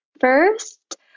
first